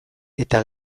eta